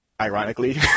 ironically